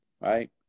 Right